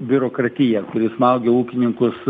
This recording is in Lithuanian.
biurokratija kuri smaugia ūkininkus